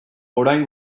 orain